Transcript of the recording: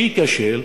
שייכשל,